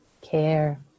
care